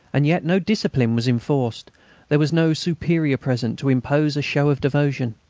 and yet no discipline was enforced there was no superior present to impose a show of devotion.